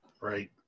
right